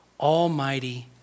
almighty